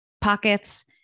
pockets